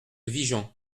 vigan